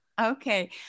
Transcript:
okay